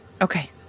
Okay